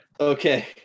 Okay